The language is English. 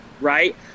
Right